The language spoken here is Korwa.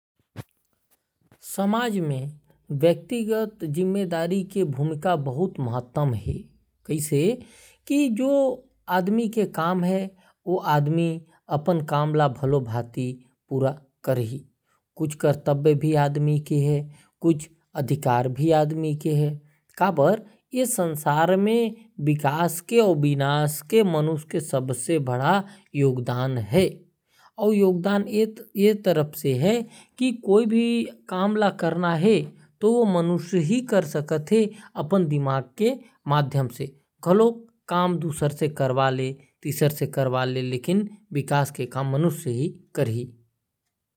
समाज में व्यक्तिगत जिम्मेदारी के बहुत महत्व है। जो आदमी के अपन काम है ओला भालों भाती कर ही। और ऐसा काम करे जेकर से मानुष और समाज के भी विकास हो और विकास के कार्य में अहम भूमिका रहेल।